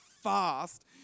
fast